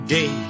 Day